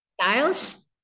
styles